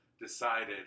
decided